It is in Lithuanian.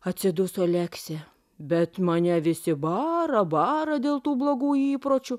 atsiduso leksė bet mane visi bara bara dėl tų blogų įpročių